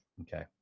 Okay